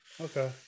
okay